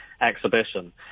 exhibition